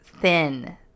thin